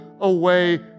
away